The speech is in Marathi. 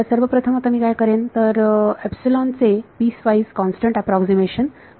तर सर्वप्रथम आता मी काय करेन तर मी मी एपसिलोन चे पीसवाईज कॉन्स्टंट अॅप्रॉक्सीमेशन करेन